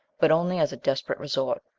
but only as a desperate resort,